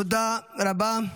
תודה רבה.